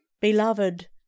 Beloved